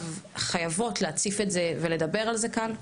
וחייבות להציף את זה ולדבר על זה כאן.